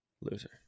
Loser